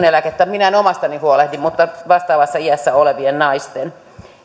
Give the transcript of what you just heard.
eläkettä minä en omastani huolehdi mutta vastaavassa iässä olevien naisten